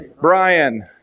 Brian